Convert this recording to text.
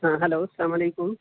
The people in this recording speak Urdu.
ہاں ہلو سلام علیکم